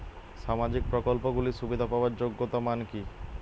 সামাজিক প্রকল্পগুলি সুবিধা পাওয়ার যোগ্যতা মান কি?